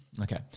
Okay